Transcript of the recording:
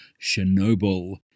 Chernobyl